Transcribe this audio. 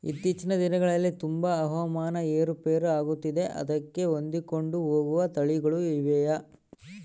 ಇತ್ತೇಚಿನ ದಿನಗಳಲ್ಲಿ ತುಂಬಾ ಹವಾಮಾನ ಏರು ಪೇರು ಆಗುತ್ತಿದೆ ಅದಕ್ಕೆ ಹೊಂದಿಕೊಂಡು ಹೋಗುವ ತಳಿಗಳು ಇವೆಯಾ?